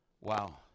Wow